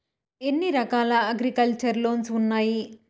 ఎన్ని రకాల agriculture loans ఉండాయి